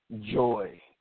joy